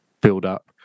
build-up